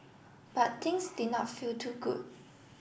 but things did not feel too good